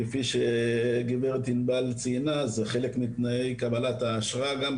כפי שגב' ענבל, ציינה זה חלק מתנאי קבלת האשרה גם.